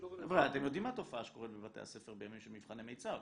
אתם יודעים מה התופעה שקורית בבתי הספר בימים של מבחני מיצ"ב.